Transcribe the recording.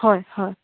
হয় হয়